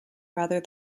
rather